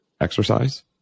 exercise